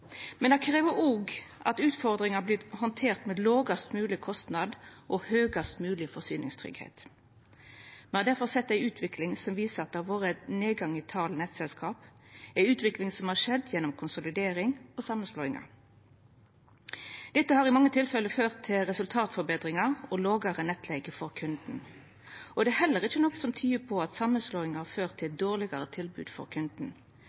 Men det krev også at utfordringane vert handterte med lågast mogleg kostnad og høgast mogleg forsyningstryggleik. Me har difor sett ei utvikling som viser at det har vore ein nedgang i talet på nettselskap, ei utvikling som har skjedd gjennom konsolideringar og samanslåingar. Dette har i mange tilfelle ført til resultatforbetringar og lågare nettleige for kunden. Det er heller ikkje noko som tyder på at samanslåingane har ført til eit dårlegare tilbod for kunden,